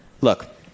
Look